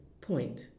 point